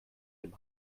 dem